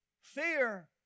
Fear